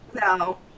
No